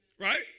Right